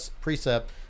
precept